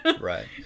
Right